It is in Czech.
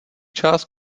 část